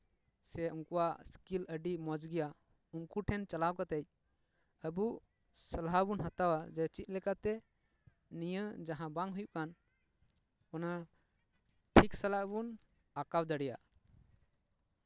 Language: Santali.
ᱥᱮ ᱩᱱᱠᱩᱣᱟᱜ ᱥᱠᱤᱞ ᱟᱹᱰᱤ ᱢᱚᱡᱽ ᱜᱮᱭᱟ ᱩᱱᱠᱩ ᱴᱷᱮᱱ ᱪᱟᱞᱟᱣ ᱠᱟᱛᱮᱜ ᱟᱵᱚ ᱥᱟᱞᱦᱟ ᱵᱚᱱ ᱦᱟᱛᱟᱣᱟ ᱡᱮ ᱪᱮᱫ ᱞᱮᱠᱟᱛᱮ ᱱᱤᱭᱟᱹ ᱡᱟᱦᱟᱸ ᱵᱟᱝ ᱦᱩᱭᱩᱜ ᱠᱟᱱ ᱚᱱᱟ ᱴᱷᱤᱠ ᱥᱟᱞᱟᱜ ᱵᱚᱱ ᱟᱸᱠᱟᱣ ᱫᱟᱲᱮᱭᱟᱜᱼᱟ